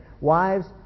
Wives